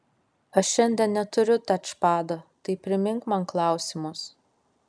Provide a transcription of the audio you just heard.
aš šiandien neturiu tačpado tai primink man klausimus